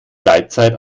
gleitzeit